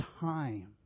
time